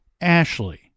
Ashley